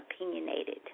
opinionated